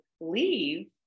leave